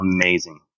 amazing